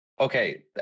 Okay